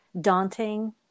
daunting